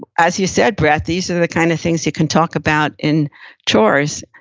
as you said brett, these are the kind of things you can talk about in chores.